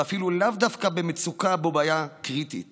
ואפילו לאו דווקא במצוקה או בבעיה קריטית